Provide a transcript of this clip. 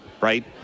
right